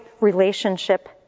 relationship